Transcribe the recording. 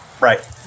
Right